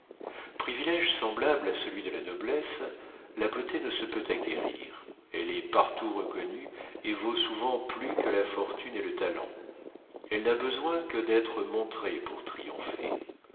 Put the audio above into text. privilége semblable à celui de la noblesse la beauté ne se peut acquérir elle est partout reconnue et vaut souvent plus que la fortune et le talent elle n'a besoin que d'être montée pour triompher